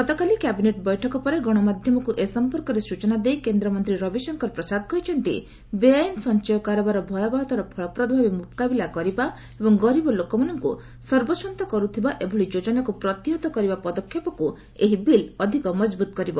ଗତକାଲି କ୍ୟାବିନେଟ୍ ବୈଠକ ପରେ ଗଣମାଧ୍ୟମକୁ ଏ ସଂପର୍କରେ ସୂଚନା ଦେଇ କେନ୍ଦ୍ରମନ୍ତ୍ରୀ ରବିଶଙ୍କର ପ୍ରସାଦ କହିଛନ୍ତି ବେଆଇନ୍ ସଫଚୟ କାରବାର ଭୟାବହତାର ଫଳପ୍ରଦ ଭାବେ ମୁକାବିଲା କରିବା ଏବଂ ଗରିବ ଲୋକମାନଙ୍କୁ ସର୍ବସ୍ୱାନ୍ତ କରୁଥିବା ଏଭଳି ଯୋଜନାକୁ ପ୍ରତିହତ କରିବା ପଦକ୍ଷେପକୁ ଏହି ବିଲ୍ ଅଧିକ ମଜବୁତ କରିବ